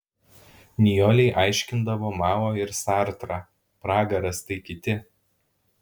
nijolei aiškindavo mao ir sartrą pragaras tai kiti